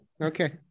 Okay